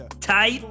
tight